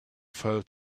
fell